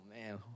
man